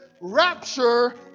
rapture